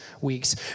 weeks